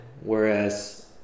whereas